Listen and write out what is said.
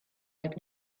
have